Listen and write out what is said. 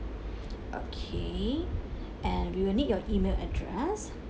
okay and we will need your email address